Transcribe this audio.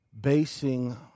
basing